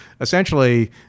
essentially